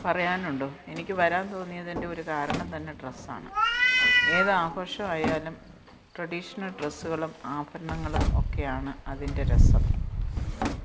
പറയാനുണ്ടോ എനിക്ക് വരാൻ തോന്നിയതിൻ്റെ ഒരു കാരണം തന്നെ ഡ്രസ്സാണ് ഏത് ആഘോഷമായാലും ട്രഡീഷണൽ ഡ്രെസ്സുകളും ആഭരണങ്ങളും ഒക്കെയാണ് അതിൻ്റെ രസം